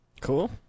Cool